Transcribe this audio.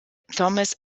thomas